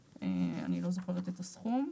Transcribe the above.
אני לא זוכרת את הסכום,